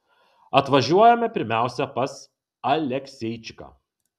atvažiuojame pirmiausia pas alekseičiką